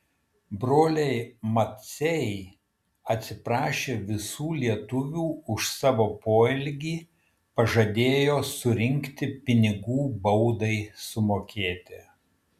broliai maciai atsiprašė visų lietuvių už savo poelgį pažadėjo surinkti pinigų baudai sumokėti